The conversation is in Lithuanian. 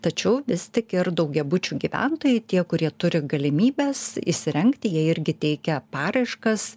tačiau vis tik ir daugiabučių gyventojai tie kurie turi galimybes įsirengti jie irgi teikia paraiškas